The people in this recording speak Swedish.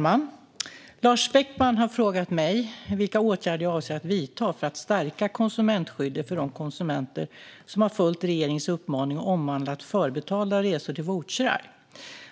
Fru talman! har frågat mig vilka åtgärder jag avser att vidta för att stärka konsumentskyddet för de konsumenter som har följt regeringens uppmaning och omvandlat förbetalda resor till vouchrar.